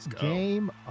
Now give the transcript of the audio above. game